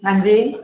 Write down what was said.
हां जी